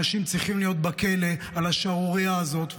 אנשים צריכים להיות בכלא על השערורייה הזאת,